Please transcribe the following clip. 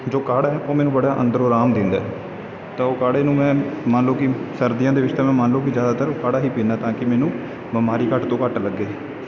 ਜੋ ਕਾੜ੍ਹਾ ਉਹ ਮੈਨੂੰ ਬੜਾ ਅੰਦਰੋਂ ਆਰਾਮ ਦਿੰਦਾ ਤਾਂ ਉਹ ਕਾੜ੍ਹੇ ਨੂੰ ਮੈਂ ਮੰਨ ਲਉ ਕਿ ਸਰਦੀਆਂ ਦੇ ਵਿੱਚ ਤਾਂ ਮੰਨ ਲਉ ਕਿ ਜ਼ਿਆਦਾਤਰ ਕਾੜ੍ਹਾ ਹੀ ਪੀਂਦਾ ਤਾਂ ਕਿ ਮੈਨੂੰ ਬਿਮਾਰੀ ਘੱਟ ਤੋਂ ਘੱਟ ਲੱਗੇ